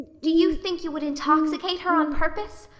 do you think you would intoxicate her on purpose?